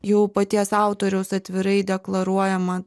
jau paties autoriaus atvirai deklaruojama